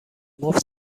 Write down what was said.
مفت